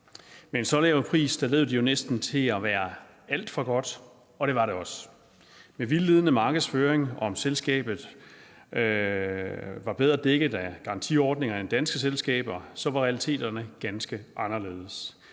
en så lav pris lød det jo næsten, som om det var alt for godt, og det var det også. Med vildledende markedsføring om, at selskabet var bedre dækket af garantiordninger end danske selskaber, var realiteterne ganske anderledes.